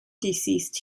deceased